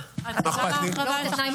ואנחנו כאובים ומודאגים איתם.